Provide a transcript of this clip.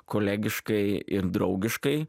kolegiškai ir draugiškai